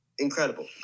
incredible